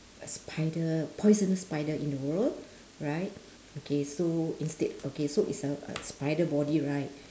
spider poisonous spider in the world right okay so instead okay so it's a a spider body right